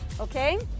okay